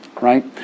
right